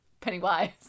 Pennywise